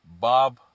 Bob